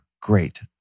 great